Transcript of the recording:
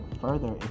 further